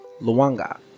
luanga